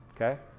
Okay